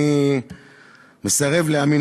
אני מסרב להאמין.